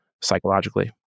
psychologically